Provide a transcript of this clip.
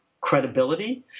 credibility